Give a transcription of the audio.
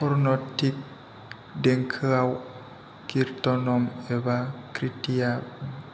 Carnatic देंखोआव कीर्तनम एबा कृतिया